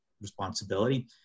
responsibility